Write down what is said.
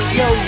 yo